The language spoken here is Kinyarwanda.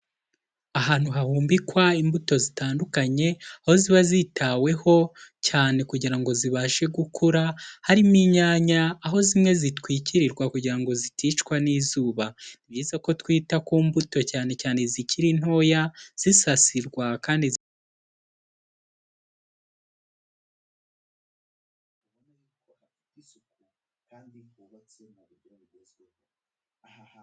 Ahantu hahumbikwa imbuto zitandukanye, aho ziba zitaweho cyane kugira ngo zibashe gukura, harimo inyanya, aho zimwe zitwikirirwa kugira ngo ziticwa n'izuba. Ni byiza ko twita ku mbuto cyane cyane zikiri ntoya, zisasirwa.